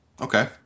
Okay